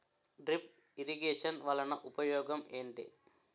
drip irrigation వలన ఉపయోగం ఏంటి